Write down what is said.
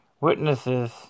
witnesses